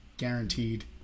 guaranteed